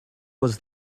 was